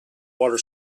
water